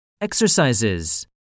Exercises